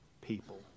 people